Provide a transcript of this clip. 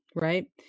Right